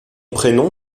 prénom